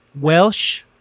Welsh